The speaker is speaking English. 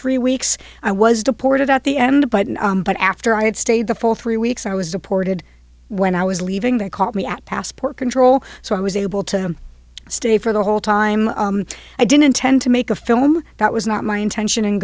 three weeks i was deported at the end by but after i had stayed the full three weeks i was deported when i was leaving they called me at passport control so i was able to stay for the whole time i didn't intend to make a film that was not my intention